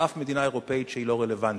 אף מדינה אירופית שהיא לא רלוונטית,